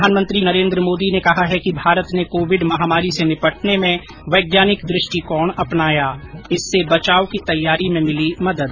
प्रधानमंत्री नरेन्द्र मोदी ने कहा है कि भारत ने कोविड महामारी से निपटने में वैज्ञानिक दृष्टिकोण अपनाया इससे बचाव की तैयारी में मिली मदद